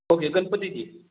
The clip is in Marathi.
ओके गणपतीची